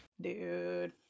Dude